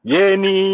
Yeni